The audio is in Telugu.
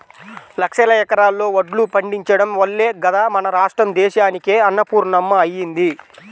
లక్షల ఎకరాల్లో వడ్లు పండించడం వల్లే గదా మన రాష్ట్రం దేశానికే అన్నపూర్ణమ్మ అయ్యింది